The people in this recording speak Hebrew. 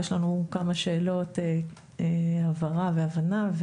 יש לנו כמה שאלות הבהרה והבנה.